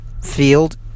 Field